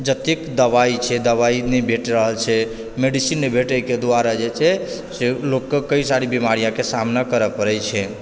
जतेक दबाइ छै दबाइ नहि भेट रहल छै मेडिसीन नहि भेटै के दुआरे जे छै लोग के कइ सारी बीमारियाँ के सामना करऽ पड़ै छै